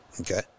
Okay